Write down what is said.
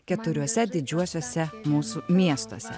keturiuose didžiuosiuose mūsų miestuose